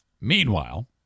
meanwhile